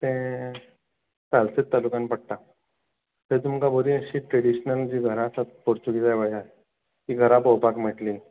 तें सालसेत तालुकान पडटा थंय तुमकां बरीं अशीं ट्रॅडिशनल जीं घरां आसात पोर्चुगिजां वेळार तीं घरां पळोवपाक मेळटलीं